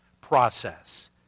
process